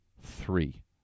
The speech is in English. three